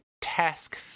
task